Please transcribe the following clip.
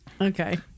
Okay